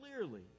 clearly